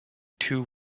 two